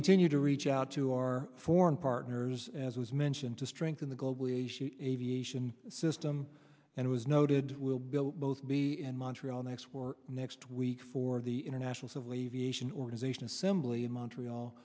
continue to reach out to our foreign partners as was mentioned to strengthen the globally a shoe aviation system and it was noted will build both be in montreal next war next week for the international civil aviation organization assembly in montreal